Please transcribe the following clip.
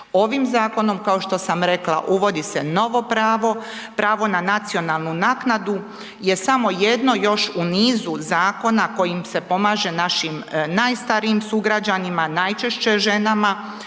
Ovim zakonom, kao što sam rekla, uvodi se novo pravo, pravo na nacionalnu naknadu je samo jedno još u nizu zakona kojim se pomaže našim najstarijim sugrađanima, najčešće ženama